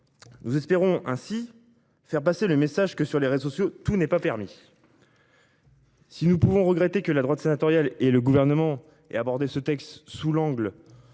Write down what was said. objectif est de faire passer le message suivant : sur les réseaux sociaux, tout n'est pas permis ! Si nous pouvons regretter que la droite sénatoriale et le Gouvernement aient abordé ce texte sous l'angle